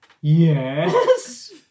Yes